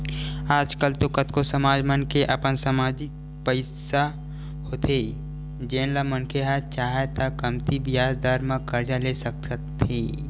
आज कल तो कतको समाज मन के अपन समाजिक पइसा होथे जेन ल मनखे ह चाहय त कमती बियाज दर म करजा ले सकत हे